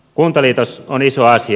kuntaliitos on iso asia